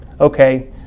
Okay